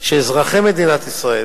כדי שאזרחי מדינת ישראל